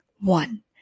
One